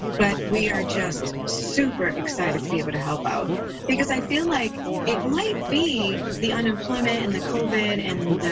but we are just super excited to be able to help out because i feel like it might be the unemployment and the covid and